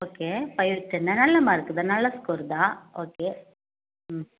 okay நல்ல mark தான் நல்ல ஸ்கோர் தான் ஓகே ம்